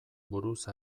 buruz